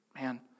Man